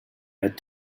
had